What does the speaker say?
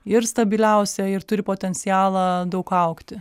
ir stabiliausia ir turi potencialą daug augti